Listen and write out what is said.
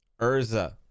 Urza